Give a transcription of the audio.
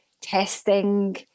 testing